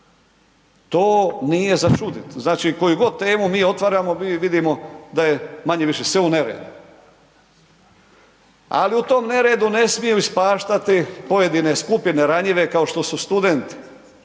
To nije za čuditi. Znači koju god temu mi otvorimo, mi vidimo da je manje-više sve u neredu. Ali u tom neredu ne smiju ispaštati pojedine skupine ranjive kao što su studenti